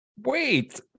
Wait